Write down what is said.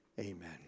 Amen